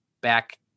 back